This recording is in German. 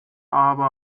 aber